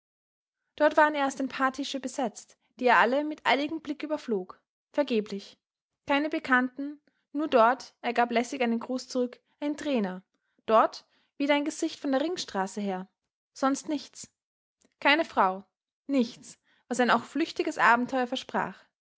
dort waren erst ein paar tische besetzt die er alle mit eiligem blick überflog vergeblich keine bekannten nur dort er gab lässig einen gruß zurück ein trainer dort wieder ein gesicht von der ringstraße her sonst nichts keine frau nichts was ein auch flüchtiges abenteuer versprach